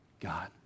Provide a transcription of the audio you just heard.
God